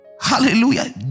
Hallelujah